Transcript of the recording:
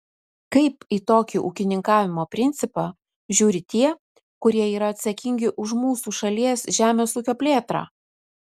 kaip į tokį ūkininkavimo principą žiūri tie kurie yra atsakingi už mūsų šalies žemės ūkio plėtrą